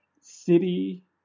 city